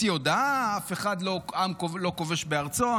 הוציא הודעה: אף עם לא כובש בארצו.